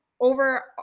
over